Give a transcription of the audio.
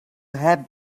have